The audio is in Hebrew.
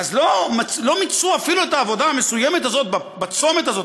אז לא מיצו אפילו את העבודה המסוימת הזאת בצומת הזה.